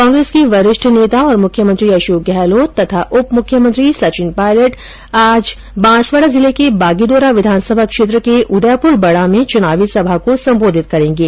कांग्रेस के वरिष्ठ नेता और मुख्यमंत्री अशोक गहलोत तथा उप मुख्यमंत्री सचिन पायलट आज बांसवाडा जिले के बागीदोरा विधानसभा क्षेत्र के उदयपुरा बाडा में चुनावी सभा को संबोधित करेंगे